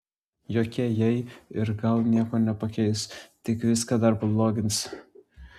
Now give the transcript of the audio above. jokie jei ir gal nieko nepakeis tik viską dar pablogins